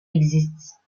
existe